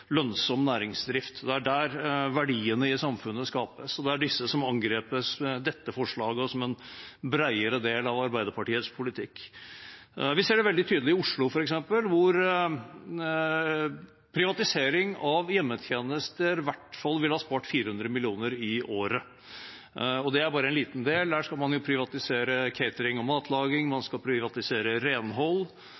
lønnsom næringsdrift. Det er der verdiene i samfunnet skapes, og det er disse som angripes med dette forslaget, som en bredere del av Arbeiderpartiets politikk. Vi ser det veldig tydelig i Oslo, f.eks., hvor privatisering av hjemmetjenester ville ha spart i hvert fall 400 mill. kr i året, og det er bare en liten del. Der skal man jo privatisere catering og matlaging, man